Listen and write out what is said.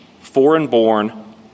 foreign-born